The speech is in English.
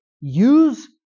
use